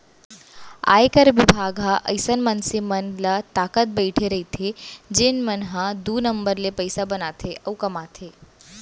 आयकर बिभाग ह अइसन मनसे मन ल ताकत बइठे रइथे जेन मन ह दू नंबर ले पइसा बनाथे अउ कमाथे